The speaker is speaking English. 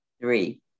three